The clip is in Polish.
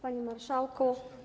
Panie Marszałku!